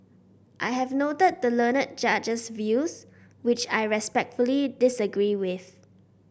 I have noted the learned Judge's views which I respectfully disagree with